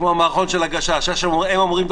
זה כמו המערכון של הגשש: הם אומרים את